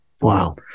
Wow